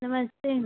नमस्ते